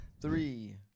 three